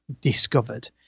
discovered